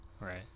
Right